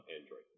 android